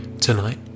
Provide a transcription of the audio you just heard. Tonight